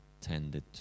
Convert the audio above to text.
tended